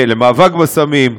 למאבק בסמים,